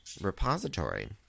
repository